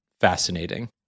fascinating